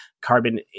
carbon